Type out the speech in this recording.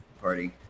party